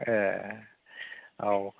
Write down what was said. ए औ